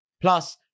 Plus